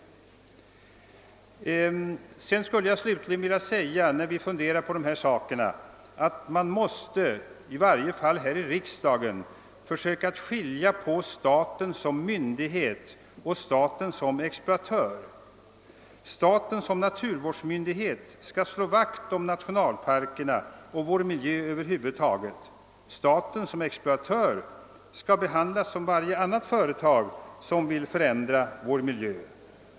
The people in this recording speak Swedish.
Slutligen skulle jag vilja säga, att man, när man funderar på dessa saker, i varje fall här i riksdagen måste försöka att skilja på staten såsom myndighet och staten såsom exploatör. Staten som naturvårdsmyndighet skall slå vakt om nationalparkerna och vår miljö över huvud taget. Staten som exploatör skall däremot behandlas som varje annat företag som vill förändra vår miljö.